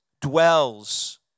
dwells